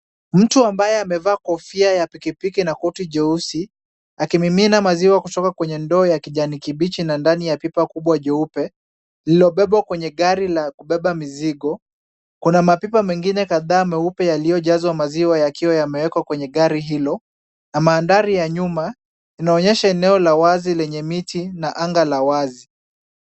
Mtu ambaye amevaa kofia ya pikipiki na koti jeusi, akimimina maziwa kutoka kwenye ndoo ya kijani kibichi na ndani ya pipa kubwa jeupe lililobebwa kwenye gari la kubeba mizigo. Kuna mapipa mengine kadha meupe yaliyojazwa maziwa yakiwa yamewekwa gari hilo na mandhari ya nyuma inaonyesha eneo la wazi lenye miti na anga la wazi.